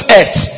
earth